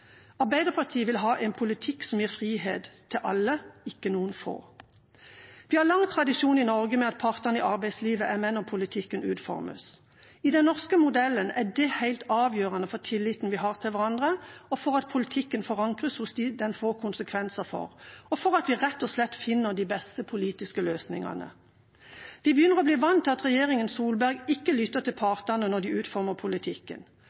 Arbeiderpartiet vil ha en politikk som gir frihet til alle, ikke til noen få. Vi har lang tradisjon i Norge for at partene i arbeidslivet er med når politikken utformes. I den norske modellen er det helt avgjørende for tilliten vi har til hverandre, for at politikken forankres hos dem den får konsekvenser for, og for at vi rett og slett finner de beste politiske løsningene. Vi begynner å bli vant til at regjeringa Solberg ikke lytter til partene når de utformer politikken.